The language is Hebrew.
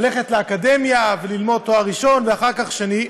ללכת לאקדמיה וללמוד תואר ראשון ואחר כך שני.